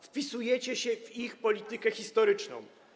Wpisujecie się w ich politykę historyczną.